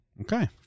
Okay